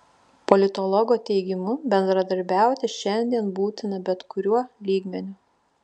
politologo teigimu bendradarbiauti šiandien būtina bet kuriuo lygmeniu